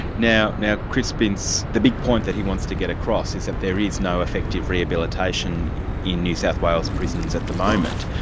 now chris chris binse, the big point that he wants to get across is that there is no effective rehabilitation in new south wales prisons at the moment.